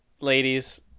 Ladies